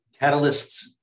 Catalysts